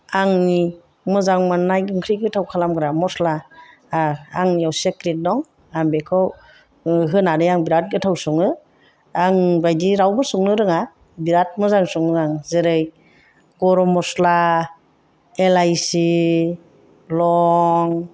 आंनि मोजां मोननाय ओंख्रि गोथाव खालामग्रा मस्ला आंनियाव सिक्रेट दं आं बेखौ होनानै आं बिराद गोथाव सङो आं बायदि रावबो संनो रोङा बिराद मोजां सङो आं जेरै गरम मस्ला इलाइचि लं